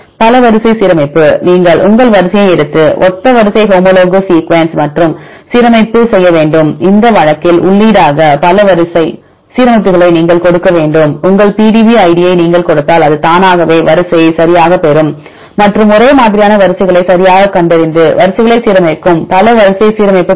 பல வரிசை சீரமைப்பு நீங்கள் உங்கள் வரிசையை எடுத்து ஒத்த வரிசை ஹோமோலோகஸ் சீக்வென்ஸ் மற்றும் சீரமைப்பு செய்ய வேண்டும் மற்றும் இந்த வழக்கில் உள்ளீடாக பல வரிசை சீரமைப்புகளை நீங்கள் கொடுக்க வேண்டும் உங்கள் PDB id யை நீங்கள் கொடுத்தால் அது தானாகவே வரிசையை சரியாகப் பெறும் மற்றும் ஒரே மாதிரியான வரிசைகளை சரியாகக் கண்டறிந்து வரிசைகளை சீரமைக்கும் பல வரிசை சீரமைப்பு கிடைக்கும்